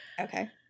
Okay